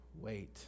wait